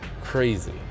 crazy